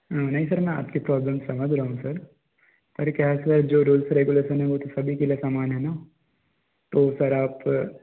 नहीं सर मैं आपकी प्रॉब्लेम समझ रहा हूँ सर पर क्या है सर जो रुल्स रेग्यलैशन है वो तो सभी के लिए समान है ना तो सर आप